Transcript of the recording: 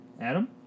Adam